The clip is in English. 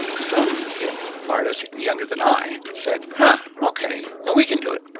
some young artists younger than i said, huh, okay, now we can do it!